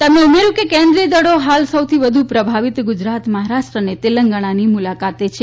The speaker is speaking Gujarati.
તેમણે ઉમેર્યુ કે કેન્દ્રીય દળો હાલ સૌથી વધુ પ્રભાવિત ગુજરાત મહારાષ્ટ્ર અને તેલંગણાની મુલાકાતે છે